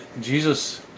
Jesus